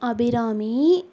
Abirami